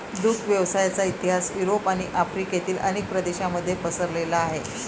दुग्ध व्यवसायाचा इतिहास युरोप आणि आफ्रिकेतील अनेक प्रदेशांमध्ये पसरलेला आहे